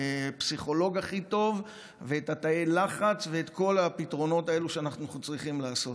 הפסיכולוג הכי טוב ואת תאי הלחץ ואת כל הפתרונות האלו שאנחנו צריכים לעשות.